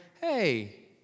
hey